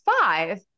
five